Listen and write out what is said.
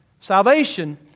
Salvation